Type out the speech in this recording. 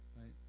right